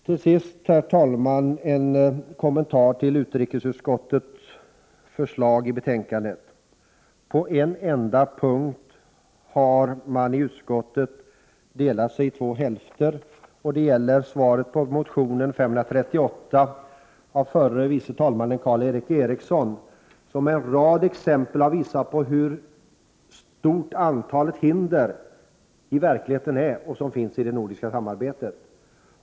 Till sist, herr talman, en kommentar till utrikesutskottets förslag i betänkandet. På en enda punkt har utskottet delats i två hälfter, och det gäller svaret på motion 538 av förre vice talmannen Karl Erik Eriksson, som i en rad exempel har visat på hur stort antal hinder det i verkligheten finns för det nordiska samarbetet.